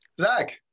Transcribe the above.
Zach